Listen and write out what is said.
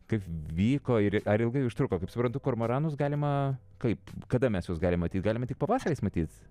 kaip vyko ir ar ilgai užtruko kaip suprantu kormoranus galima kaip kada mes juos galim matyt galima tik pavasariais matyt